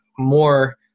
more